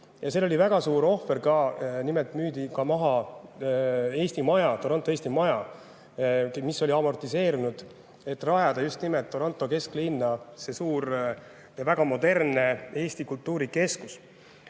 Seal oli väga suur ohver ka: nimelt müüdi maha Toronto Eesti Maja, mis oli amortiseerunud, et rajada just nimelt Toronto kesklinna see suur ja väga modernne Eesti kultuurikeskus.